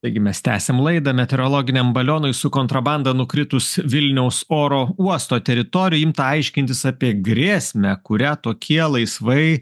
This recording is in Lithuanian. taigi mes tęsiam laidą meteorologiniam balionui su kontrabanda nukritus vilniaus oro uosto teritorijoj imta aiškintis apie grėsmę kurią tokie laisvai